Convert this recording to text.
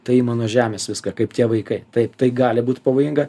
tai mano žemės viską kaip tie vaikai taip tai gali būt pavojinga